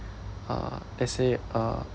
uh let's say uh